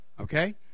okay